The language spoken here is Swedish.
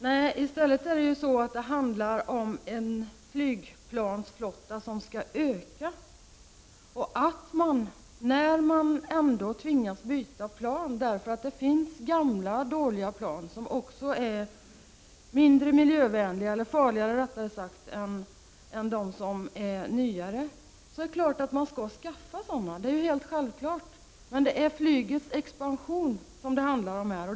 Nej, i stället handlar det om en flygplansflotta som skall öka. Att man, när man ändå tvingas byta plan, därför att det finns gamla dåliga plan, som också är mindre miljövänliga eller rättare sagt farligare än de som är nyare, skall skaffa sådana nya plan, är helt självklart. Men det är flygets expansion det handlar om här.